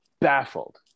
baffled